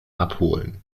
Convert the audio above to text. abholen